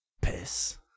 Piss